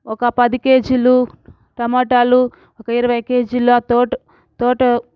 ఒక పదికేజీలు టమోటాలు ఒక ఇరవై కేజీల తోట తోట